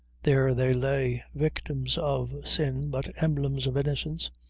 there they lay, victims of sin, but emblems of innocence,